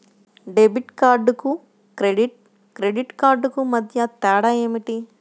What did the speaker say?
Debit కార్డుకు credit credit కార్డుకు మధ్య తేడా ఏమిటీ?